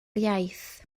iaith